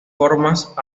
formas